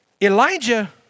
Elijah